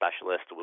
specialist